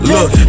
Look